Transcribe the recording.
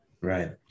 Right